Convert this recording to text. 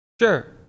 Sure